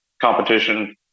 competition